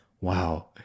Wow